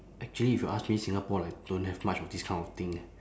actually if you ask me singapore like don't have much of this kind of thing eh